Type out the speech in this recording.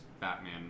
Batman